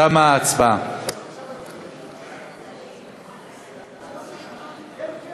49 נגד, בעד,